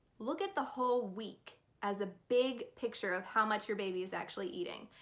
look at the whole week as a big picture of how much your baby is actually eating.